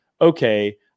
okay